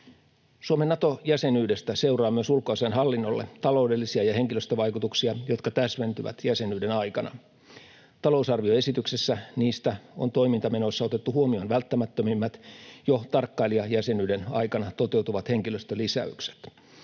Suomen Nato-jäsenyydestä seuraa myös ulkoasianhallinnolle taloudellisia ja henkilöstövaikutuksia, jotka täsmentyvät jäsenyyden aikana. Talousarvioesityksessä niistä on toimintamenoissa otettu huomioon välttämättömimmät, jo tarkkailijajäsenyyden aikana toteutuvat henkilöstölisäykset.